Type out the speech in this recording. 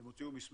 הם הוציאו מסמך.